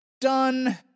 Done